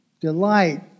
delight